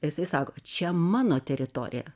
jisai sako čia mano teritorija